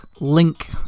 ...link